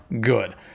good